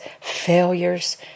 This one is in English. failures